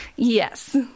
Yes